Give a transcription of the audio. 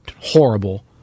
horrible